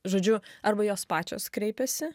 žodžiu arba jos pačios kreipiasi